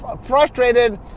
frustrated